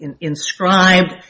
inscribed